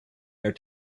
your